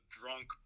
drunk